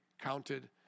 counted